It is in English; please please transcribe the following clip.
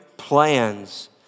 Plans